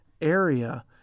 area